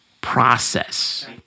process